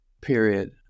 period